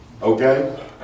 Okay